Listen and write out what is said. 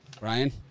ryan